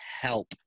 help